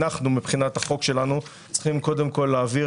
אנחנו מבחינת החוק שלנו צריכים קודם כל להעביר